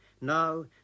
Now